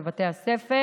לבתי הספר